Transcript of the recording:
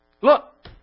Look